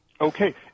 okay